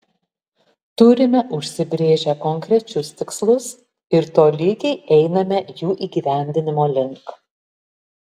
turime užsibrėžę konkrečius tikslus ir tolygiai einame jų įgyvendinimo link